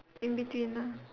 in between ah